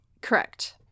Correct